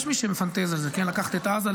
יש מי שמפנטז על זה: לקחת את עזה,